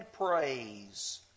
praise